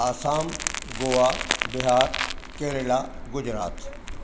Assam Goa Bihar Kerala Gujarat